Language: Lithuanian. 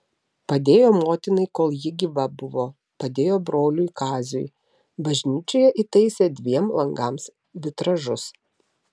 padėjo motinai kol ji gyva buvo padėjo broliui kaziui bažnyčioje įtaisė dviem langams vitražus